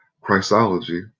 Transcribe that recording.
Christology